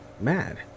mad